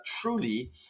truly